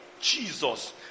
Jesus